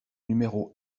numéro